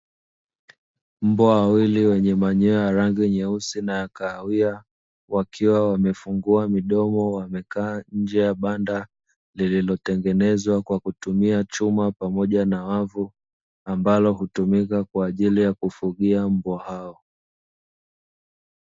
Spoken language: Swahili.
Mbwa wawili wenye manyoya ya rangi nyeusi na ya kahawia, wakiwa wamefungua midomo wamekaa nje ya banda lililotengenezwa kwa kutumia chuma pamoja na wavu, ambalo hutumika kwa ajili ya kufugia mbwa hao.